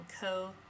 Co